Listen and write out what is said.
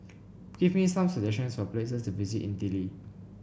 give me some suggestions for places to visit in Dili